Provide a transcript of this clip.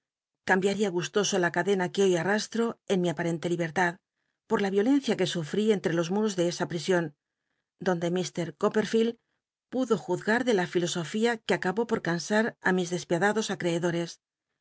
cambiaría gustoso la cadena que hoy arrasll'o en mi apacnlc libmtad la iolcncia que sufri entre los muros de esa po de la prision donde mr coppel'lield pudo juzga ados desapiad filosofía que acabó por cansar i mis c írccl esa de acreedores